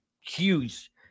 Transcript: huge